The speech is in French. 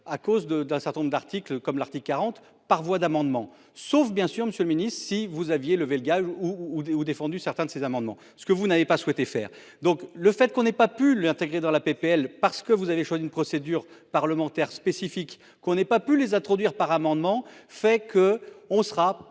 à cause de, d'un certain nombre d'articles comme l'Arctique 40 par voie d'amendement, sauf bien sûr, Monsieur le Ministre, si vous aviez levez le gage ou ou défendu certains de ses amendements. Ce que vous n'avez pas souhaité faire donc le fait qu'on n'ait pas pu l'intégrer dans la PPL parce que vous avez choisi une procédure parlementaire spécifique qu'on n'ait pas pu les introduire par amendement fait que on sera